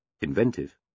inventive